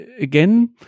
again